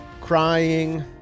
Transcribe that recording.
crying